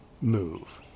move